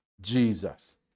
Jesus